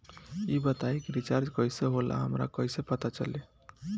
ई बताई कि रिचार्ज कइसे होला हमरा कइसे पता चली?